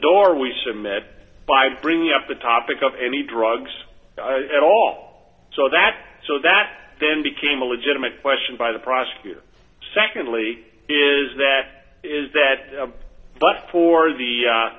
door we submit by bringing up the topic of any drugs at all so that so that then became a legitimate question by the prosecutor secondly is that is that a bust for the